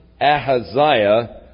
Ahaziah